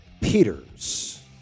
Peters